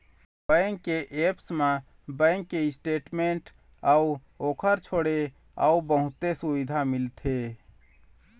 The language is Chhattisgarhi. बेंक के ऐप्स म बेंक के स्टेटमेंट अउ ओखर छोड़े अउ बहुते सुबिधा मिलथे